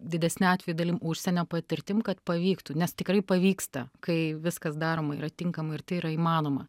didesne atvejų dalim užsienio patirtim kad pavyktų nes tikrai pavyksta kai viskas daroma yra tinkamai ir tai yra įmanoma